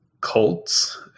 cults